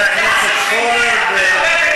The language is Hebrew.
חברי הכנסת פורר ועאידה תומא סלימאן.